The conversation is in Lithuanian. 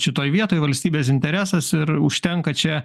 šitoj vietoj valstybės interesas ir užtenka čia